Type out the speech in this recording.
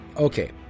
Okay